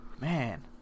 Man